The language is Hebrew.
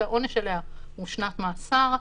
והעונש עליה הוא שנת מאסר.